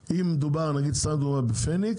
אם מדובר בהפניקס,